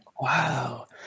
Wow